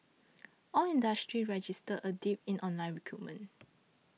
all industries registered a dip in online recruitment